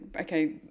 okay